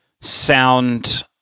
sound